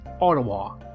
Ottawa